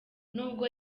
nubwo